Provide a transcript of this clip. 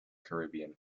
caribbean